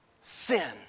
Sin